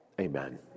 amen